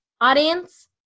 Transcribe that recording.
Audience